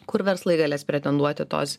kur verslai galės pretenduoti tos